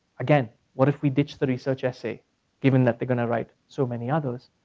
again, what if we ditch the research essay given that they're gonna write so many others.